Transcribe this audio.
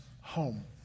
home